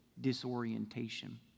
disorientation